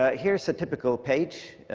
ah here's a typical page.